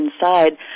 inside